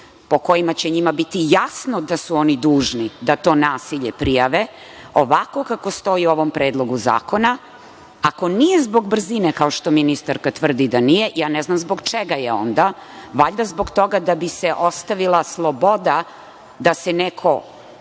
po kojima će njima biti jasno da su oni dužni da to nasilje prijave. Ovako kako stoji u ovom Predlogu zakona, ako nije zbog brzine, što ministarka tvrdi da nije, ja ne znam zbog čega je onda, valjda zbog toga da bi se ostavila sloboda da se neko